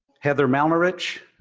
heather malneritch,